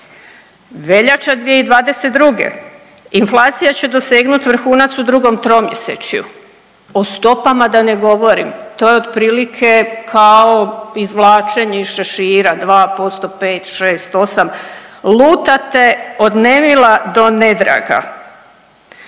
Veljača 2022., inflacija će dosegnuti vrhunac u drugom tromjesečju. O stopama da ne govorim, to je otprilike kao izvlačenje iz šešira, 2%, 5, 6, 8, lutate od nemila do nedraga.